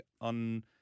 on